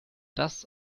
das